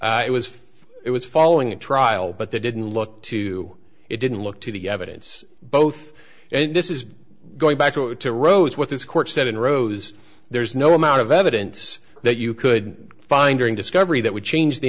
really it was it was following a trial but they didn't look to it didn't look to the evidence both and this is going back to rose what this court said and rose there's no amount of evidence that you could find during discovery that would change the